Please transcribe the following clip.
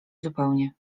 zupełnie